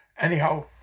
Anyhow